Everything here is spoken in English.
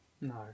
No